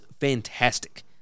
fantastic